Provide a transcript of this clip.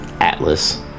Atlas